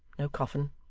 no coffin,